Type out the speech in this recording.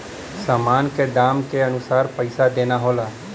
सामान के दाम के अनुसार पइसा देना होला